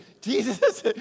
Jesus